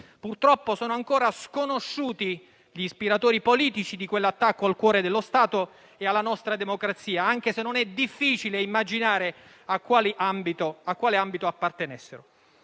Purtroppo sono ancora sconosciuti gli ispiratori politici di quell'attacco al cuore dello Stato e alla nostra democrazia, anche se non è difficile immaginare a quale ambito appartenessero.